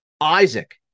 Isaac